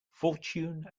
fortune